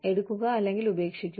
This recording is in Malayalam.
എടുക്കുക അല്ലെങ്കിൽ ഉപേക്ഷിക്കുക